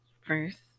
first